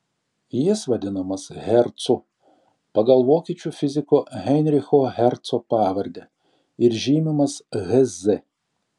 jis vadinamas hercu pagal vokiečių fiziko heinricho herco pavardę ir žymimas hz